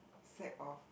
sack of